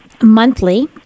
monthly